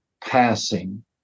passing